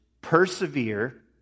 persevere